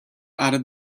added